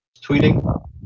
tweeting